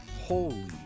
holy